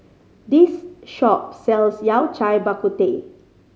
this shop sells Yao Cai Bak Kut Teh